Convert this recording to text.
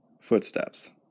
Footsteps